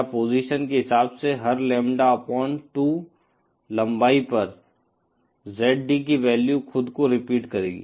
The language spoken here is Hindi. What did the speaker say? या पोजीशन के हिसाब से हर लैम्ब्डा अपॉन 2 लम्बाई पर ZD की वैल्यू खुद को रिपीट करेगी